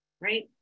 right